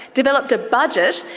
developed a budget.